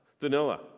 Vanilla